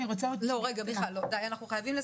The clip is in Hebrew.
אני רוצה --- אנחנו חייבים לסיים.